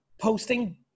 posting